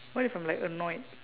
what if I'm like annoyed